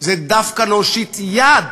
זה דווקא להושיט יד